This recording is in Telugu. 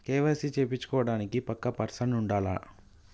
కే.వై.సీ చేపిచ్చుకోవడానికి పక్కా పర్సన్ ఉండాల్నా?